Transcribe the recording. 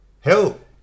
help